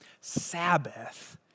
Sabbath